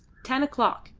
ten o'clock,